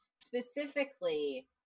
specifically